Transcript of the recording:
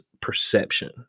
perception